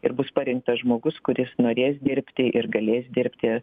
ir bus parinktas žmogus kuris norės dirbti ir galės dirbti